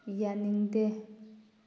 ꯌꯥꯅꯤꯡꯗꯦ